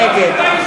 נגד זאב אלקין,